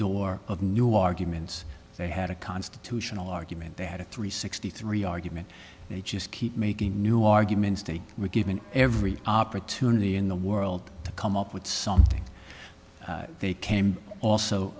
door of new arguments they had a constitutional argument they had a three sixty three argument they just keep making new arguments they were given every opportunity in the world to come up with something they came also